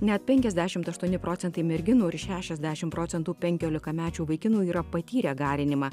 net penkiasdešimt aštuoni procentai merginų ir šešiasdešimt procentų penkiolikamečių vaikinų yra patyrę garinimą